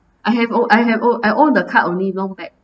I have o~ I have o~ I owned the card only long back